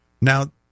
Now